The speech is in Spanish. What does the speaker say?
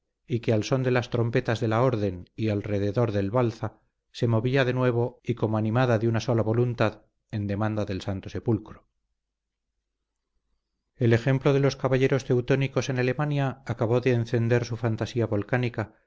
y que al son de las trompetas de la orden y alrededor del balza se movía de nuevo y como animada de una sola voluntad en demanda del santo sepulcro el ejemplo de los caballeros teutónicos en alemania acabó de encender su fantasía volcánica